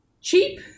cheap